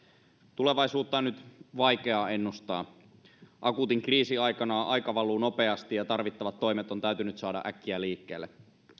tulevaisuutta on nyt vaikea ennustaa akuutin kriisin aikana aika valuu nopeasti ja tarvittavat toimet on täytynyt saada äkkiä liikkeelle